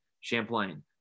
Champlain